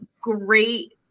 great